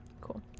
cool